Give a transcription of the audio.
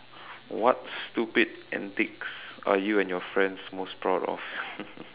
what stupid antics are you and your friends most proud of